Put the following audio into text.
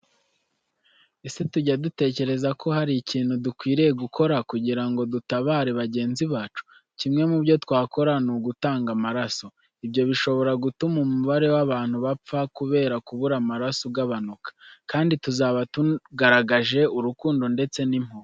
Ese tujya dutekereza ko hari ikintu dukwiriye gukora kugira ngo dutabare bagenzi bacu? Kimwe mu byo twakora ni ugutanga amaraso. Ibyo bishobora gutuma umubare w'abantu bapfa kubera kubura amaraso ugabanuka. Kandi tuzaba tugaragaje urukundo ndetse n'impuhwe